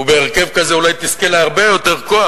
ובהרכב כזה אולי היא תזכה להרבה יותר כוח.